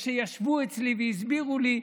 איך שישבו אצלי והסבירו לי,